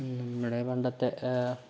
നമ്മുടെ പണ്ടത്തെ